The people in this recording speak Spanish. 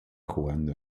jugando